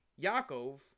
Yaakov